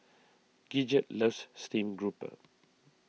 Gidget loves Stream Grouper